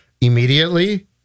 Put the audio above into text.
immediately